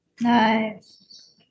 Nice